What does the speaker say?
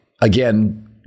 again